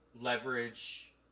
leverage